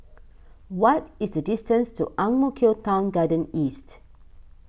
what is the distance to Ang Mo Kio Town Garden East